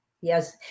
Yes